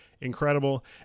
Incredible